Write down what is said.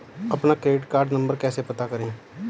अपना credit card number कैसे पता करें?